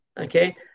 okay